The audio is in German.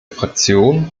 fraktion